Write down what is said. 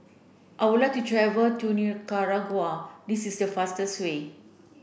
I would like to travel to Nicaragua this is the fastest way